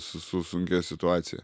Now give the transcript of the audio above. su su sunkia situacija